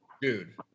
dude